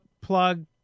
plug